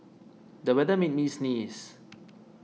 the weather made me sneeze